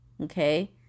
okay